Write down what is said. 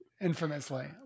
Infamously